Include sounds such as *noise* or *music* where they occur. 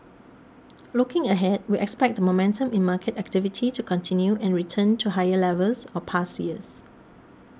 *noise* looking ahead we expect the momentum in market activity to continue and return to higher levels of past years